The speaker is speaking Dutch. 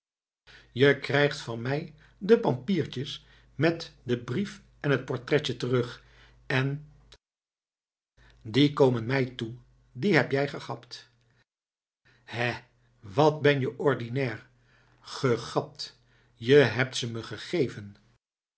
je krijgt van mij de pampiertjes met den brief en het portretje terug en die komen mij toe die heb jij gegapt hè wat ben je ordinair gegapt je hebt ze me gegeven